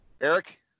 Eric